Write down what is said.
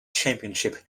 championship